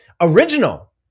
original